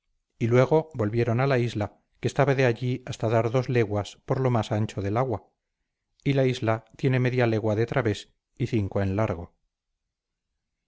y luego volvieron a la isla que estaba de allí hasta dos leguas por lo más ancho del agua y la isla tiene media legua de través y cinco en largo